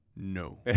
No